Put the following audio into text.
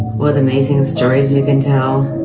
what amazing stories you can tell